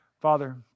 Father